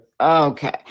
Okay